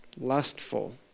lustful